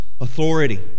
authority